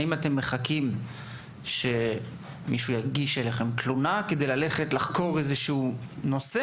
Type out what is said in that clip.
האם אתם מחכים שמישהו יגיש אליכם תלונה כדי לחקור איזשהו נושא